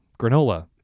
Granola